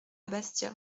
bastia